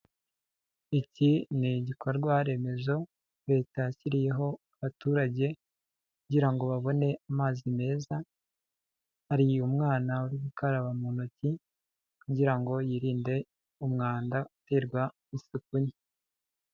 Iki ni igikorwa remezo Leta yashyiriyeho abaturage kugira ngo babone amazi meza, hari umwanawa uri gukaraba mu ntoki, kugira ngo yirinde umwanda uterwa n'isuku nke.